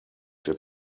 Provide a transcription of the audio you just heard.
der